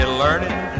learning